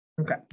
Okay